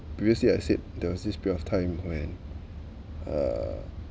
previously I said there was this period of time when uh